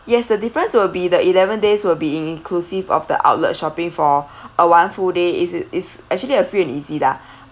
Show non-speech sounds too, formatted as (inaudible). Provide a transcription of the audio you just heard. yes the difference will be the eleven days will be in~ inclusive of the outlet shopping for (breath) a one full day is it is actually a free and easy lah (breath)